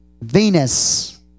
Venus